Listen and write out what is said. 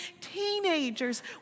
teenagers